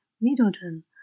Middleton